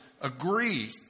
agree